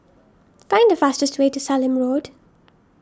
find the fastest way to Sallim Road